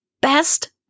best